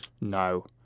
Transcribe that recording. No